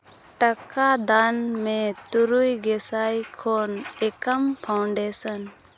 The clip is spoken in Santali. ᱴᱟᱠᱟ ᱫᱟᱱ ᱢᱮ ᱛᱩᱨᱩᱭ ᱜᱮᱥᱟᱭ ᱠᱷᱚᱱ ᱮᱠᱟᱢ ᱯᱷᱟᱣᱩᱱᱰᱮᱥᱚᱱ